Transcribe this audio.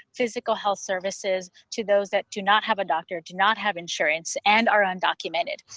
physical health services to those that do not have a doctor, do not have insurance and are undocumented.